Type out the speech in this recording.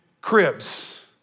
cribs